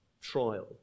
trial